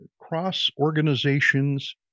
cross-organizations